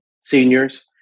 seniors